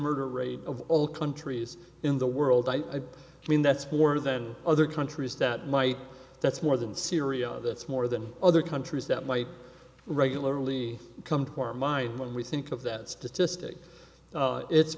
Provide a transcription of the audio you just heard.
murder rate of all countries in the world i mean that's more than other countries that might that's more than syria that's more than other countries that might regularly come to our mind when we think of that statistic it's